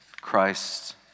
Christ